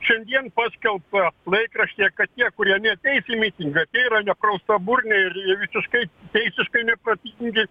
šiandien paskelbta laikraštyje kad tie kurie neateis į mitingą tie yra nepraustaburniai ir ir visiškai teisiškai neprotingi